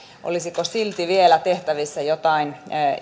olisiko silti vielä tehtävissä jotain